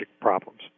problems